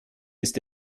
ist